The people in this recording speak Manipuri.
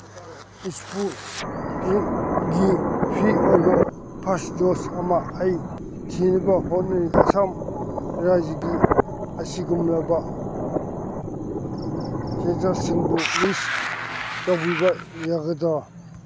ꯏꯁꯄꯨꯠꯅꯤꯛꯀꯤ ꯐ꯭ꯔꯤ ꯑꯣꯏꯕ ꯐꯥꯔꯁ ꯗꯣꯁ ꯑꯃ ꯑꯩ ꯊꯤꯅꯕ ꯍꯣꯠꯅꯔꯤ ꯑꯁꯥꯝ ꯔꯥꯏꯖ꯭ꯌꯥꯒꯤ ꯑꯁꯤꯒꯨꯝꯂꯕ ꯁꯦꯟꯇꯔꯁꯤꯡꯗꯨ ꯂꯤꯁ ꯇꯧꯕꯤꯕ ꯌꯥꯒꯗ꯭ꯔꯥ